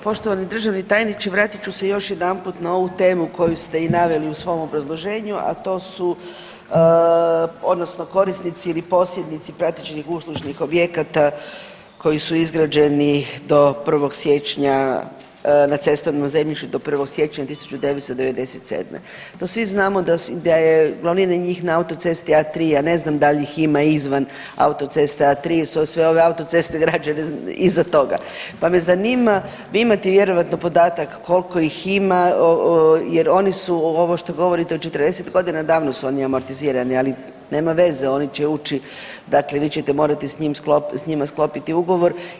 Poštovani državni tajniče, vratit ću se još jedanput na ovu temu koju ste i naveli u svom obrazloženju, a to su odnosno korisnici ili posjednici pratećih uslužnih objekata koji su izgrađeni do 1. siječnja, na cestovnom zemljištu do 1. siječnja 1997., to svi znamo da je glavnina njih na autocesti A3, ja ne znam da li ih ima izvan autoceste A3 jer su sve ove autoceste građene iza toga pa me zanima vi imate vjerojatno podatak kolko ih ima jer oni su ovo što govorite o 40.g. davno su oni amortizirani, ali nema veze oni će ući, dakle vi ćete morati s njima sklopiti ugovor.